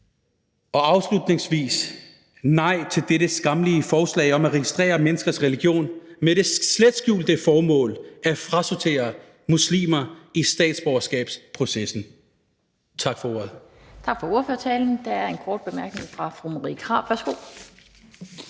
og afslutningsvis nej til dette skammelige forslag om at registrere menneskers religion med det slet skjulte formål at frasortere muslimer i statsborgerskabsprocessen. Tak for ordet.